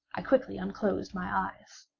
i quickly unclosed my eyes.